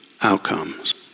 outcomes